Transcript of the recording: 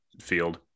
field